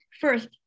first